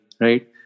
right